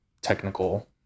technical